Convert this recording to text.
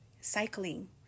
cycling